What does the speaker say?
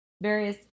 various